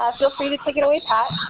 ah feel free to take it away, pat.